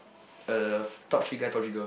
er top three guy top three girl